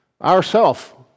Ourself